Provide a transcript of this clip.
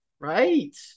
Right